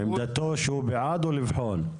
עמדתו שהוא בעד, או לבחון?